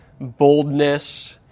boldness